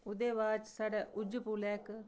उ'दे बाद च साढ़ै उज्ज पुल ऐ